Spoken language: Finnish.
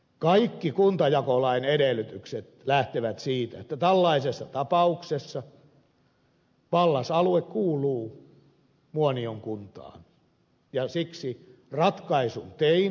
kaikki kuntajakolain edellytykset lähtevät siitä että tällaisessa tapauksessa pallas alue kuuluu muonion kuntaan ja siksi ratkaisun tein